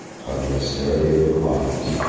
by the austerity of their lives,